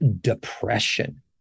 depression